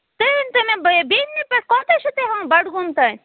تُہۍ ؤنۍ تو مےٚ بہٕ بیٚمنہِ پٮ۪ٹھ کوتاہ چھُو تُہۍ ہیٚوان بَڈگوم تانۍ